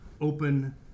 open